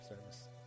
service